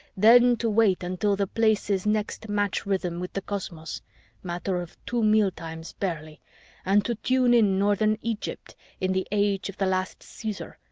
then to wait until the places next match rhythm with the cosmos matter of two mealtimes, barely and to tune in northern egypt in the age of the last caesar,